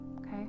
Okay